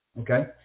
okay